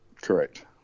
Correct